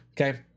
Okay